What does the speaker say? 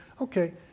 okay